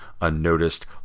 unnoticed